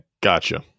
gotcha